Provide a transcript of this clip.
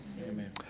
Amen